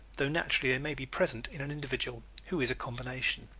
though naturally they may be present in an individual who is a combination.